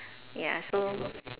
ya so